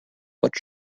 pot